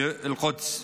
באל-קודס.